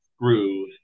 groove